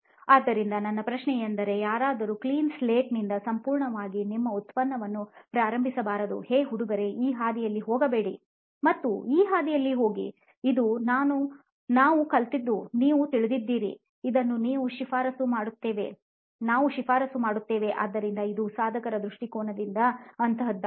ಆದ್ದರಿಂದ ನನ್ನ ಪ್ರಶ್ನೆಯೆಂದರೆ ಯಾರಾದರೂ ಕ್ಲೀನ್ ಸ್ಲೇಟ್ನಿಂದ ಸಂಪೂರ್ಣವಾಗಿ ನಿಮ್ಮ ಉತ್ಪನ್ನವನ್ನು ಪ್ರಾರಂಭಿಸಬಾರದು ಹೇ ಹುಡುಗರಿಗೆ ಆ ಹಾದಿಯಲ್ಲಿ ಹೋಗಬೇಡಿ ಮತ್ತು ಈ ಹಾದಿಯಲ್ಲಿ ಹೋಗಿ ಇದು ನಾವು ಕಲಿತದ್ದು ನೀವು ತಿಳಿದ್ದಿದ್ದೀರಿ ಇದನ್ನು ನಾವು ಶಿಫಾರಸು ಮಾಡುತ್ತೇವೆಆದ್ದರಿಂದ ಇದು ಸಾಧಕರ ದೃಷ್ಟಿಕೋನದಿಂದ ಅಂತಹದ್ದಾಗಿದೆ